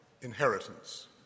inheritance